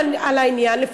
על העניין,